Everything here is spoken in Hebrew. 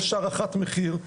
יש הערכת מחיר,